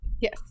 Yes